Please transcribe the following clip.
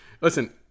Listen